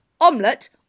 omelette